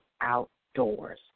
outdoors